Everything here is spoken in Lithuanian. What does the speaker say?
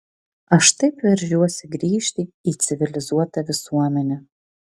aš taip veržiuosi grįžti į civilizuotą visuomenę